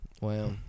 wow